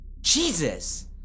Jesus